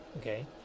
okay